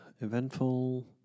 Eventful